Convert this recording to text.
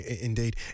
Indeed